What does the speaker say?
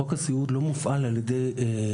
אז חוק הסיעוד כבר לא מופעל על ידי הרווחה.